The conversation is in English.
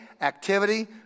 activity